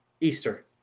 Easter